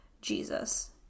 Jesus